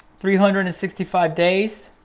three hundred and sixty five days,